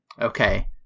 okay